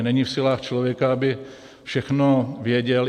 Není v silách člověka, aby všechno věděl.